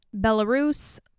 Belarus